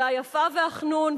ו"היפה והחנון",